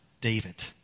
David